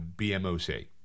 BMOC